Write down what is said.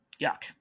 Yuck